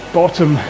bottom